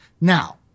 Now